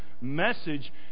message